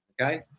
Okay